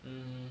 mm